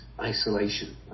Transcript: isolation